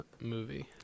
movie